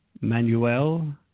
Manuel